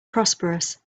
prosperous